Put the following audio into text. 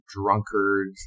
drunkards